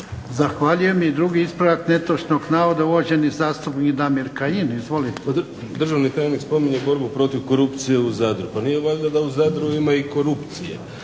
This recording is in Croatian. Zahvaljujem. I drugi ispravak netočnog navoda uvaženi zastupnik Damir Kajin. Izvolite. **Kajin, Damir (IDS)** Državni tajnik spominje borbu protiv korupcije u Zadru. Pa nije valjda da u Zadru ima i korupcije?